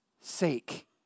sake